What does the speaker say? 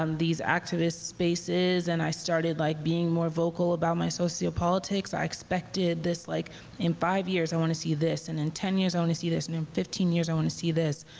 um these activist spaces and i started like being more vocal about my socio-politics, i expected this like in five years, i want to see this. and in ten years, i want see this. and in fifteen years, i want to see this.